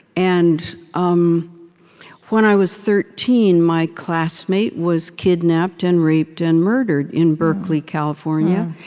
and um when i was thirteen, my classmate was kidnapped and raped and murdered in berkeley, california.